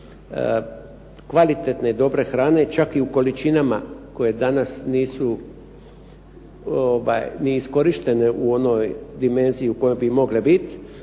kvalitetne i dobre hrane, čak i u količinama koje danas nisu ni iskorištene u onoj dimenziji u kojoj bi mogle biti.